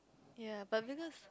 ya but because